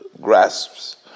grasps